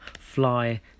fly